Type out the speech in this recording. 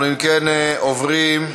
אנחנו, אם כן, עוברים,